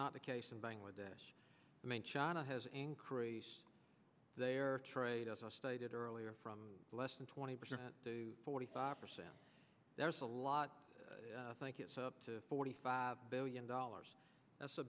not the case in bangladesh make china has a increase their trade as i stated earlier from less than twenty percent to forty five percent there is a lot like it's up to forty five billion dollars that's a